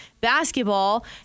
basketball